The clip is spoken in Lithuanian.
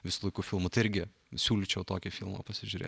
visų laikų filmų tai irgi siūlyčiau tokį filmą pasižiūrėt